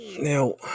now